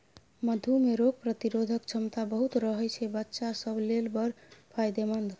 मधु मे रोग प्रतिरोधक क्षमता बहुत रहय छै बच्चा सब लेल बड़ फायदेमंद